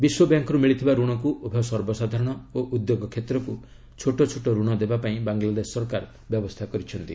ବିଶ୍ୱବ୍ୟାଙ୍କରୁ ମିଳିଥିବା ଋଣକୁ ଉଭୟ ସର୍ବସାଧାରଣ ଓ ଉଦ୍ୟୋଗ କ୍ଷେତ୍ରକୁ ଛୋଟଛୋଟ ଋଣ ଦେବା ପାଇଁ ବାଂଲାଦେଶ ସରକାର ବ୍ୟବସ୍ଥା କରିଛନ୍ତି